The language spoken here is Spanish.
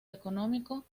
económico